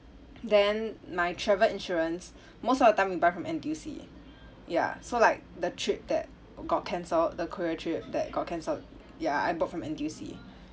then my travel insurance most of the time we buy from N_T_U_C ya so like the trip that got cancelled the korea trip that got cancelled ya I bought from N_T_U_C